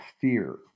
fear